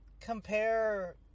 compare